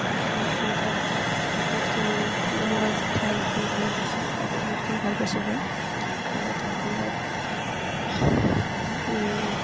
তাতো বহুতখিনি ঠাই বহুতখিনি সুন্দৰ সুন্দৰ ঠাই ফুৰিবলৈ গৈছোঁ তাতো বহুতখিনি ভাল পাইছোঁ গৈ লগতে আপোনাৰ